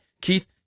Keith